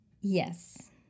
Yes